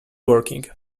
working